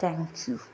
thank you